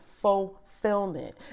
fulfillment